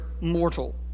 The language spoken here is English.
mortal